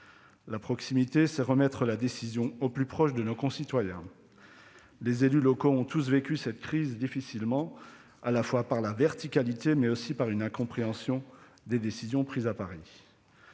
La proximité, c'est remettre la décision au plus proche de nos concitoyens. Les élus locaux ont tous vécu cette crise difficilement, non seulement par la verticalité, mais aussi par une incompréhension des décisions prises à Paris.